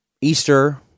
Easter